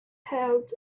held